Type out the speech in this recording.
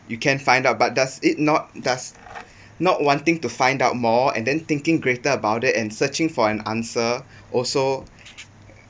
you can find out but does it not does not wanting to find out more and then thinking greater about it and searching for an answer also